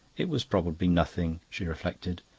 it was probably nothing, she reflected.